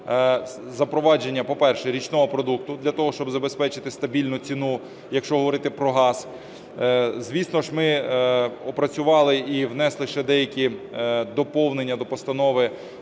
запровадження, по-перше, річного продукту для того, щоб забезпечити стабільну ціну, якщо говорити про газ. Звісно, ми опрацювали і внесли ще деякі доповнення до постанови